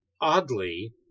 Oddly